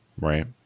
right